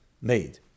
made